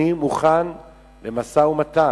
אני מוכן למשא-ומתן,